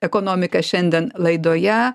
ekonomika šiandien laidoje